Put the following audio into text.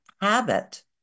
habit